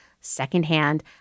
secondhand